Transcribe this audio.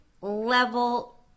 level